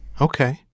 Okay